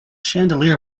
chandelier